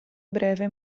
breve